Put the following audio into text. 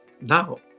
Now